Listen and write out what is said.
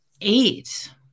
eight